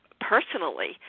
personally